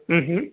ಹ್ಞೂ ಹ್ಞೂ